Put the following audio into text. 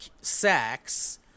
sex